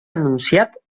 anunciat